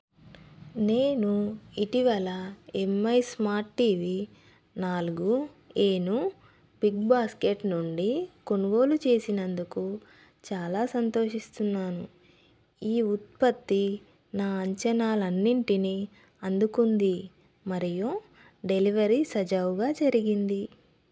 నేను ఇటీవల Mi smart TV నాలుగు ఏను బిగ్ బాస్కెట్ నుండి కొనుగోలు చేసినందుకు చాలా సంతోషిస్తున్నాను ఈ ఉత్పత్తి నా అంచనాలన్నింటినీ అందుకుంది మరియు డెలివరీ సజావుగా జరిగింది